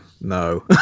no